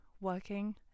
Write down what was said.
working